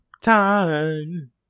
time